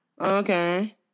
Okay